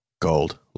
Gold